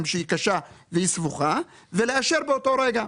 שהיא קשה והיא סבוכה - ולאשר באותו רגע.